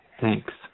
thanks